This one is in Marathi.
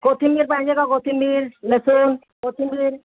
कोथिंबीर पाहिजे का कोथिंबीर लसूण कोथिंबीर